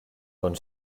con